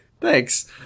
Thanks